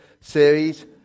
series